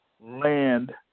land